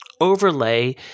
overlay